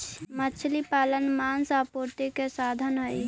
मछली पालन मांस आपूर्ति के साधन हई